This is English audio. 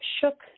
shook